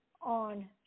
on